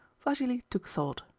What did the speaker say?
vassili took thought.